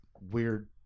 weird